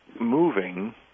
moving